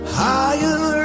higher